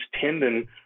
tendon